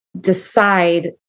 decide